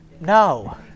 No